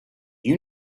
you